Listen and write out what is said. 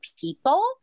people